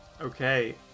Okay